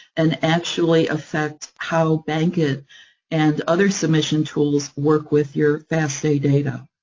and actually affect how bankit and other submission tools work with your fasta data.